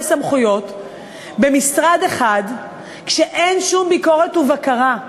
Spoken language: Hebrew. סמכויות במשרד אחד כשאין שום ביקורת ובקרה.